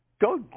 go